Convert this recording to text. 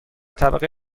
طبقه